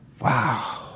wow